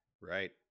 right